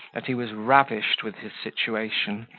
that he was ravished with his situation,